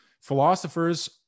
philosophers